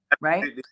Right